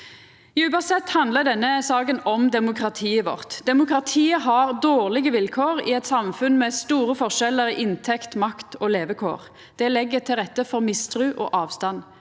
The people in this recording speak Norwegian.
Djupast sett handlar denne saka om demokratiet vårt. Demokratiet har dårlege vilkår i eit samfunn med store forskjellar i inntekt, makt og levekår. Det legg til rette for mistru og avstand